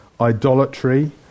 idolatry